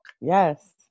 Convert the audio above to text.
Yes